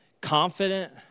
confident